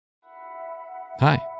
Hi